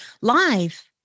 live